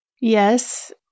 Yes